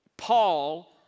Paul